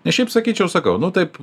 nes šiaip sakyčiau sakau nu taip